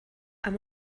amb